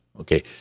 Okay